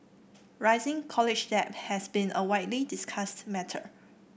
rising college debt has been a widely discussed matter